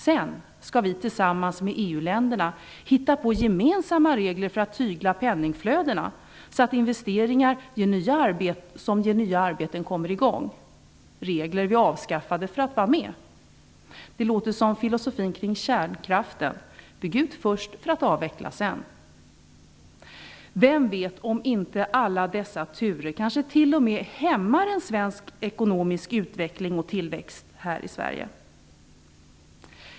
Sedan skall vi tillsammans med EU länderna hitta på gemensamma regler för att tygla penningflödena, så att investeringar som ger nya arbeten kommer i gång. Det är regler som vi har avskaffat för att få vara med. Detta låter som filosofin kring kärnkraften: Bygg ut först för att avveckla sedan! Vem vet om inte alla dessa turer kanske t.o.m. hämmar en ekonomisk utveckling och tillväxt här i Sverige?